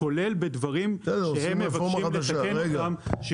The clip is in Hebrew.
-- כולל בדברים שהם מבקשים לתקן אותם.